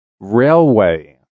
Railway